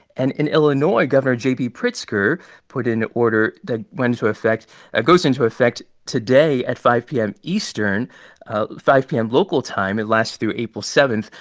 and in illinois, governor j. b. pritzker put in an order that went into effect ah goes into effect today at five p m. eastern five p m. local time. it lasts through april seven.